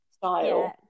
style